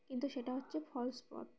কিন্তু সেটা হচ্ছে ফলস পথ